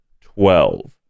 twelve